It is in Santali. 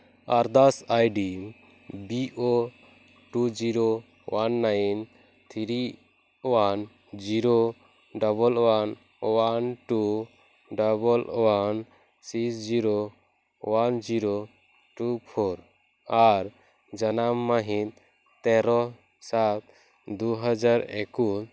ᱟᱨᱫᱟᱥ ID B O two zero one nine three one zero double one one two double one six zero one zero two four ᱟᱨ ᱡᱟᱱᱟᱢ ᱢᱟᱹᱦᱤᱛ ᱛᱮᱨᱚ ᱥᱟᱛ ᱫᱩ ᱦᱟᱡᱟᱨ ᱮᱠᱩᱥ